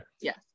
Yes